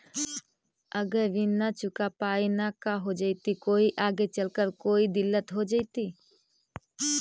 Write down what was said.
अगर ऋण न चुका पाई न का हो जयती, कोई आगे चलकर कोई दिलत हो जयती?